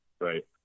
Right